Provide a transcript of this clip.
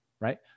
right